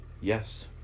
Yes